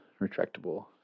retractable